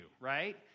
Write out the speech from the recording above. right